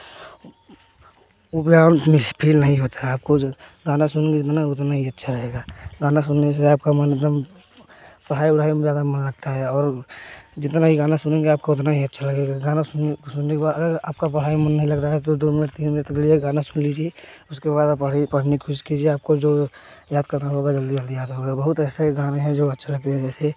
miss feel नहीं होता है आपको जो गाना सुन कर जितना उतना ही अच्छा रहेगा गाना सुनने से आपका मन एक दम पढ़ाई में ज़्यादा मन रखता है और जितना ही गाना सुनेंगे आपको उतना ही अच्छा लगेगा गाना सुनने के बाद अगर आपका पढ़ाई म् मन नहीं लग रहा है तो दो मिनट तीन मिनट के लिए गाना सुन लीजिए उसके बाद आप पढ़ पढ़ने की कोशिश कीजिए आपको जो याद करना होगा जल्दी जल्दी याद होगा बहुत ऐसे गाने हैं जो अच्छे लगते हैं जैसे